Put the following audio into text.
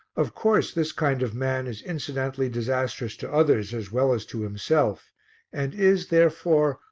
of course, this kind of man is incidentally disastrous to others as well as to himself and is, therefore,